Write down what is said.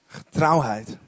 getrouwheid